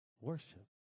worship